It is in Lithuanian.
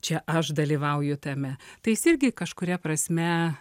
čia aš dalyvauju tame tai jis irgi kažkuria prasme